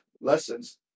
lessons